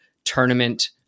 tournament